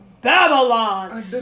Babylon